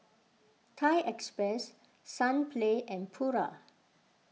Thai Express Sunplay and Pura